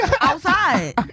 Outside